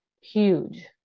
huge